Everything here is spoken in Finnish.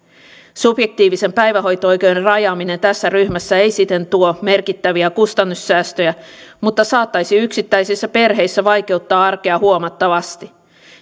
subjektiivisen päivähoito oikeuden rajaaminen tässä ryhmässä ei siten tuo merkittäviä kustannussäästöjä mutta saattaisi yksitäisissä perheissä vaikeuttaa arkea huomattavasti